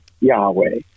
Yahweh